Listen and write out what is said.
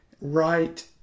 right